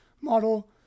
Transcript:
model